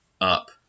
up